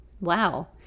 Wow